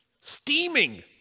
steaming